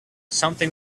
something